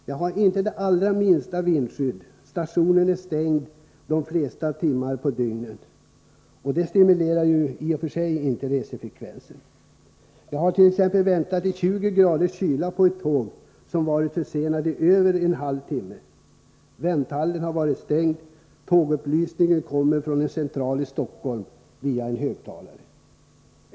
Jag har inte det allra minsta vindskydd, stationen är stängd de flesta timmarna på dygnet, och det stimulerar i och för sig inte resefrekvensen. Jag hart.ex. väntat i 20? kyla på ett tåg som varit försenat i över en halv timme. Vänthallen har varit stängd, tågupplysningen kommer från en central i Stockholm via en högtalare.